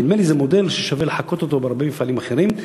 נדמה לי שזה מודל ששווה לחקות אותו בהרבה מפעלים אחרים.